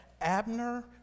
Abner